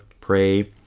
pray